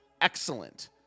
excellent